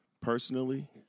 personally